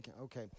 Okay